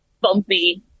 bumpy